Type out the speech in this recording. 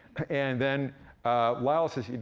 and then lyell says,